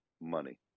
money